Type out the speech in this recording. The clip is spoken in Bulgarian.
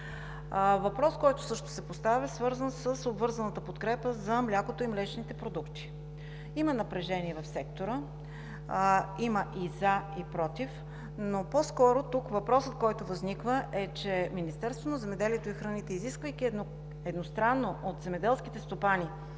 Въпросът, който също се поставя, е свързан с обвързаната подкрепа за млякото и млечните продукти. Има напрежение в сектора, има и „за“, и „против“. Тук по-скоро въпросът, който възниква, е, че Министерството на земеделието и храните, изисквайки едностранно от земеделските стопани